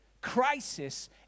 crisis